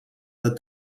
that